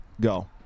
Go